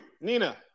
nina